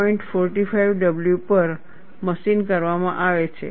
45 w પર machine કરવામાં આવે છે